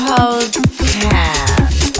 Podcast